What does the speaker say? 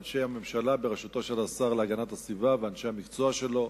לאנשי הממשלה בראשותו של השר להגנת הסביבה ואנשי המקצוע שלו.